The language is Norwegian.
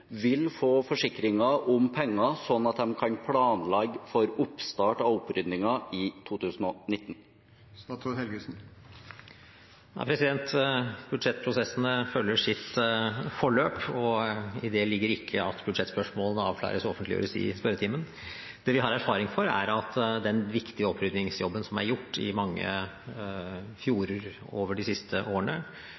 vil få forsikringer om penger, slik at de kan planlegge for oppstart av oppryddingen i 2019? Budsjettprosessene har sitt forløp, og i det ligger ikke at budsjettspørsmål avklares og offentliggjøres i spørretimen. Det vi har erfaring for, er at den viktige oppryddingsjobben som er gjort i mange